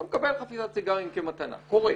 אתה מקבל חפיסת סיגרים כמתנה, קורה.